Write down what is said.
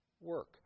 work